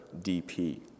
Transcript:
DP